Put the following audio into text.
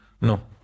No